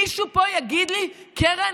שמישהו פה יגיד לי: קרן,